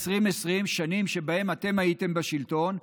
שנים שבהן אתם הייתם בשלטון,